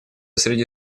среди